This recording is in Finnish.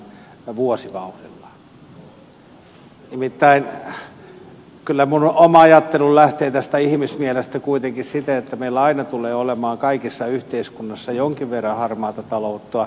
nimittäin kyllä minun oma ajatteluni lähtee tästä ihmismielestä kuitenkin siten että meillä aina tulee olemaan kaikissa yhteiskunnissa jonkin verran harmaata taloutta